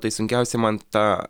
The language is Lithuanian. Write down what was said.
tai sunkiausia man tą